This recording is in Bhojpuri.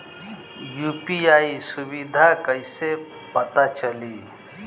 यू.पी.आई सुबिधा कइसे पता चली?